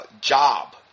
job